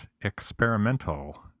experimental